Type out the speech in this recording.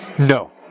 No